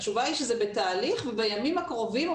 התשובה היא שזה בתהליך ובימים הקרובים או